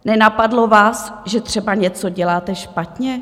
Nenapadlo vás, že třeba něco děláte špatně?